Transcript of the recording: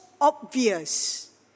obvious